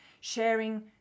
sharing